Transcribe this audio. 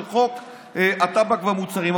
של חוק הטבק והמוצרים.